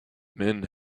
men